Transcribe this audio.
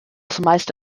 zumeist